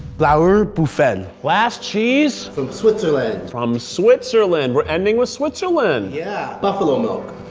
blauer buffel. last cheese? from switzerland. from switzerland, we're ending with switzerland. yeah, buffalo milk.